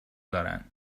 دارن